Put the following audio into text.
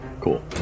cool